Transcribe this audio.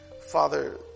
Father